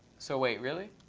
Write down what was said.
so wait, really?